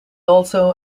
also